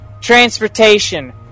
Transportation